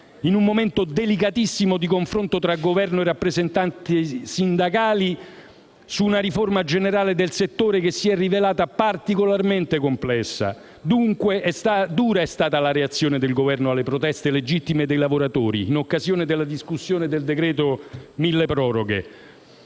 in un momento delicatissimo di confronto tra Governo e rappresentanze sindacali su una riforma generale del settore che si è rivelata particolarmente complessa. Dura è stata la reazione del Governo alle proteste legittime dei lavoratori in occasione della discussione del decreto mille proroghe